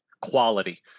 quality